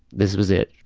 this was it.